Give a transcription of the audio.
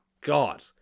god